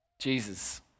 Jesus